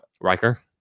Riker